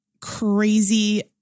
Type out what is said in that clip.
crazy